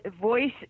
voice